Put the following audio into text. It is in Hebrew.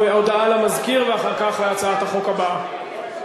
הודעה למזכיר, ואחר כך להצעת החוק הבאה.